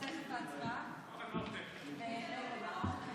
רעננה, אינה נוכחת.